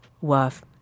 worth